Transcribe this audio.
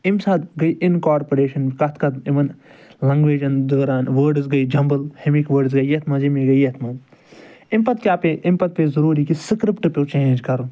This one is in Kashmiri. أمۍ سۭتۍ گٔے اِنکارپُریشَن کَتھ کَتھ یِمَن لَنٛگویجَن دوران وٲڈٕس گٔے جمبٕل ۂمِکۍ وٲڈٕس گٔے یَتھ منٛز یٔمِکۍ گٕے یَتھ منٛز أمۍ پتہٕ کیٛاہ پے أمۍ پتہٕ پے ضُروٗری کہ سِکرٕپٹہٕ پیو چینج کَرُن